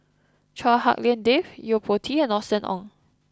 Chua Hak Lien Dave Yo Po Tee and Austen Ong